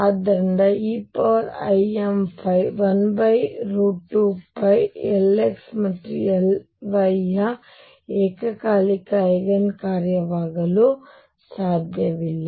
ಆದ್ದರಿಂದ eimϕ 12π Lx ಮತ್ತು Ly ಯ ಏಕಕಾಲಿಕ ಐಗನ್ ಕಾರ್ಯವಾಗಲು ಸಾಧ್ಯವಿಲ್ಲ